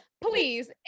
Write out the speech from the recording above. please